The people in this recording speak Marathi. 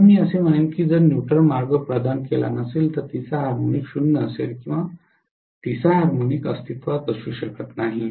म्हणून मी असे म्हणेन की जर न्यूट्रल मार्ग प्रदान केला नसेल तर तिसरा हार्मोनिक 0 असेल किंवा तिसरा हार्मोनिक अस्तित्वात असू शकत नाही